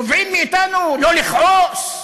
תובעים מאתנו לא לכעוס,